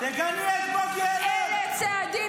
תגני את בוגי יעלון.